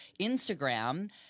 Instagram